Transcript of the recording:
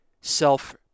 self